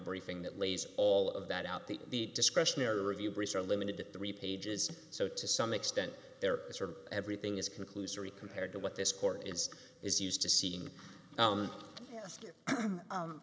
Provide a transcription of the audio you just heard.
briefing that lays all of that out the the discretionary view briefs are limited to three pages so to some extent they're sort of everything is conclusory compared to what this court is is used to seeing